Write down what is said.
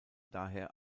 daher